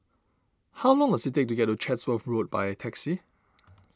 how long does it take to get to Chatsworth Road by taxi